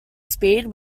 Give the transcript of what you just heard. speed